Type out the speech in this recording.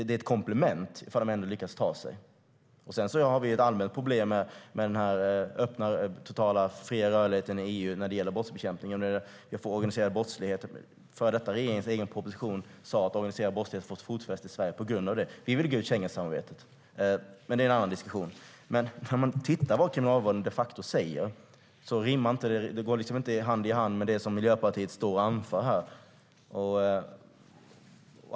Det är ett komplement ifall man ändå lyckas ta sig i väg. Sedan har vi ju ett allmänt problem med den här öppna och totalt fria rörligheten i EU när det gäller brottsbekämpning och den organiserade brottsligheten. Den förra regeringens egen proposition sa att organiserad brottslighet fått fotfäste i Sverige på grund av det. Vi vill gå ur Schengensamarbetet, men det är en annan diskussion. Om man tittar på vad Kriminalvården de facto säger går det liksom inte hand i hand med det som Miljöpartiet står och anför här.